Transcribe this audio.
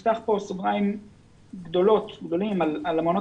אם את רוצה אני אפתח כאן סוגריים גדולים על המעונות